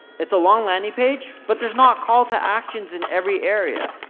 it's a long landing page, but there's not call to actions in every area.